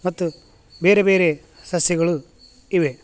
ಮತ್ತು ಬೇರೆ ಬೇರೆ ಸಸ್ಯಗಳು ಇವೆ